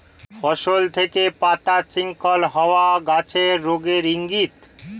ফসল থেকে পাতা স্খলন হওয়া গাছের রোগের ইংগিত